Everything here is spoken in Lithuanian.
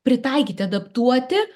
pritaikyti adaptuoti